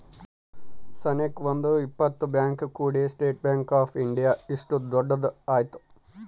ಸನೇಕ ಒಂದ್ ಇಪ್ಪತ್ ಬ್ಯಾಂಕ್ ಕೂಡಿ ಸ್ಟೇಟ್ ಬ್ಯಾಂಕ್ ಆಫ್ ಇಂಡಿಯಾ ಇಷ್ಟು ದೊಡ್ಡದ ಆಯ್ತು